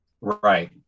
Right